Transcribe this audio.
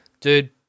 Dude